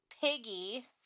Piggy